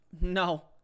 No